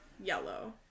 yellow